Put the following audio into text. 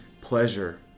pleasure